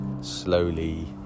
slowly